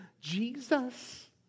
Jesus